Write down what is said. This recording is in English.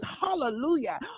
Hallelujah